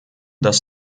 das